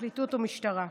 הפרקליטות או המשטרה.